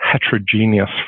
heterogeneous